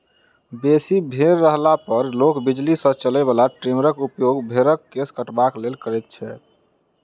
बेसी भेंड़ रहला पर लोक बिजली सॅ चलय बला ट्रीमरक उपयोग भेंड़क केश कटबाक लेल करैत छै